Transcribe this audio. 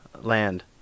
Land